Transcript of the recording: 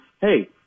hey